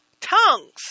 tongues